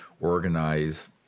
organize